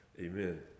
amen